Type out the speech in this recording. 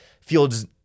Fields